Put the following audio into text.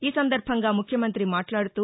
ఈ సందర్భంగా ముఖ్యమంతి మాట్లాదుతూ